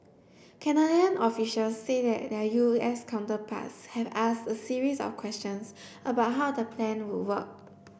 Canadian officials say their U S counterparts have asked a series of questions about how the plan would work